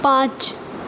پانچ